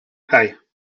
hey